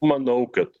manau kad